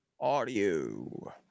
audio